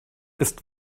ist